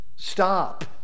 stop